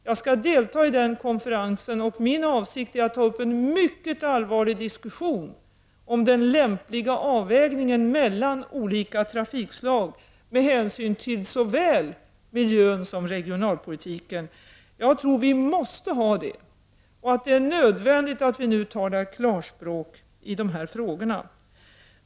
Jag skall delta i den konferensen, och min avsikt är att ta upp en mycket allvarlig diskussion om den lämpliga avvägningen mellan olika trafikslag med hänsyn till såväl miljön som regionalpolitiken. Jag tror att vi måste föra en sådan. Det är nödvändigt att vi nu talar klarspråk i de här frågorna.